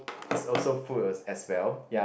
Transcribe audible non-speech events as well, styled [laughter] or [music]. it's also food [noise] as well ya